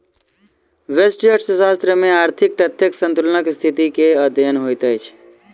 व्यष्टि अर्थशास्त्र में आर्थिक तथ्यक संतुलनक स्थिति के अध्ययन होइत अछि